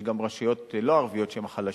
יש גם רשויות לא ערביות שהן חלשות,